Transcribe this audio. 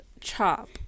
chop